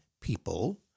people